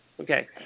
Okay